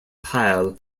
pyle